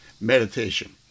Meditation